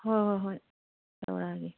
ꯍꯣꯏ ꯍꯣꯏ ꯍꯣꯏ ꯇꯧꯔꯛꯑꯒꯦ